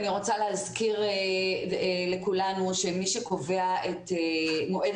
אני רוצה להזכיר לכולנו שמי שקובע את מועד